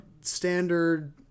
standard